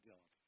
God